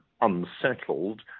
unsettled